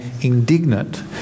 indignant